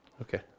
Okay